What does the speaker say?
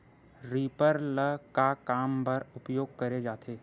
Reaper ल का काम बर उपयोग करे जाथे?